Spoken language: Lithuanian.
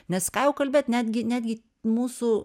nes ką jau kalbėt netgi netgi mūsų